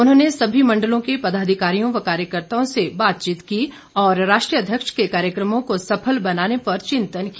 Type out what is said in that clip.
उन्होंने सभी मंडलों के पदाधिकारियों व कार्यकर्त्ताओं से बातचीत की और राष्ट्रीय अध्यक्ष के कार्यक्रमों को सफल बनाने पर चिंतन किया